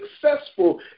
successful